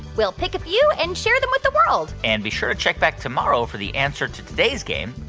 we'll pick a few and share them with the world and be sure to check back tomorrow for the answer to today's game.